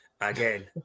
again